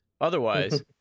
otherwise